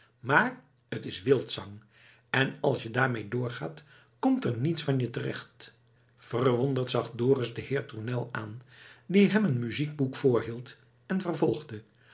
maar t is wildzang en als je daarmee doorgaat komt er niets van je terecht verwonderd zag dorus den heer tournel aan die hem een muziekboek voorhield en vervolgde